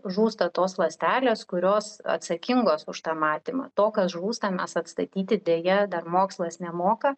žūsta tos ląstelės kurios atsakingos už tą matymą to kas žūsta mes atstatyti deja dar mokslas nemoka